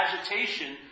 agitation